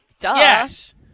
yes